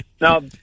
Now